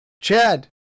Chad